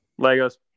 Legos